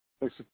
Thanks